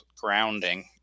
grounding